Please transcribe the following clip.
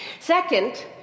Second